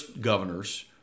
governors